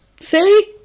See